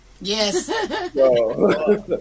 Yes